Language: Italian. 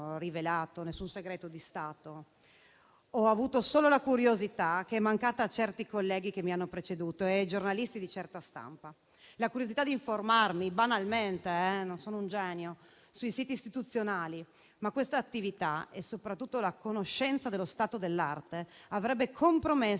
alcun segreto di Stato; ho avuto solo la curiosità - che è mancata a certi colleghi che mi hanno preceduto e ai giornalisti di certa stampa - di informarmi, banalmente (non sono un genio) sui siti istituzionali, ma quest'attività e soprattutto la conoscenza dello stato dell'arte avrebbe compromesso